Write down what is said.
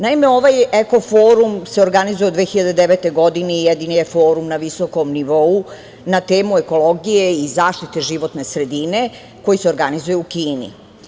Naime, ovaj eko forum se organizuje od 2009. godine, i jedini je forum na visokom nivou na temu ekologije i zaštite životne sredine koji se organizuje u Kini.